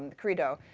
and credo